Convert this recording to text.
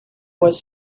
was